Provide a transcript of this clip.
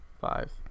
Five